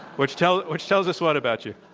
which tells which tells us what about you?